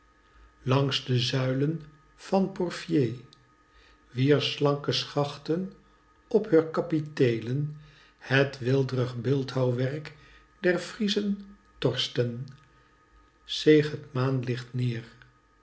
langs de zuilen van porfier wier slanke schachten op heur kapiteelen het weeldrig beeldhouwwerk der friezen torschten zeeg t maanlicht neer